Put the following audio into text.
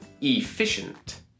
efficient